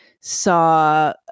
saw